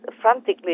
frantically